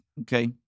Okay